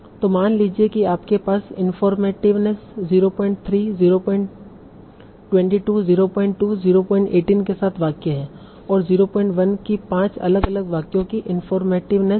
तो मान लीजिए कि आपके पास इनफॉरमेटिवनेस 03 022 02 018 के साथ वाक्य हैं और 01 की पांच अलग अलग वाक्यों की इनफॉरमेटिवनेस हैं